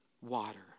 water